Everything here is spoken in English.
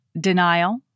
denial